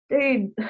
Dude